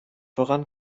voran